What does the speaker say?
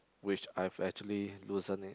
which I've actually loosen it